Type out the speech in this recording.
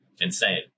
Insane